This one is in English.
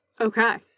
Okay